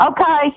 Okay